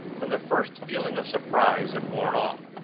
when the first feeling of surprise had worn off,